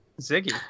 Ziggy